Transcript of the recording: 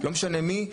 לא משנה מי,